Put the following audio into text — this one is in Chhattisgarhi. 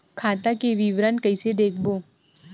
खाता के विवरण कइसे देखबो?